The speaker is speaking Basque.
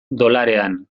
dolarean